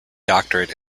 doctorate